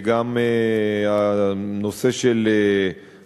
גם הנושא של